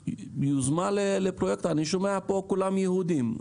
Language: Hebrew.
יוזמה לפרויקט אני שומע שפה כולם יהודים.